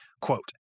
quote